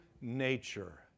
nature